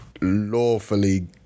lawfully